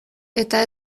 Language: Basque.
eta